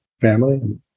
family